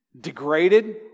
Degraded